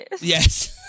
yes